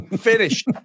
Finished